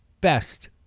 best